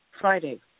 Friday